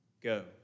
go